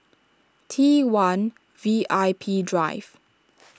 T one V I P Drive